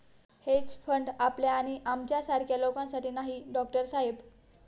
hedge fund आपल्या आणि आमच्यासारख्या लोकांसाठी नाही, डॉक्टर साहेब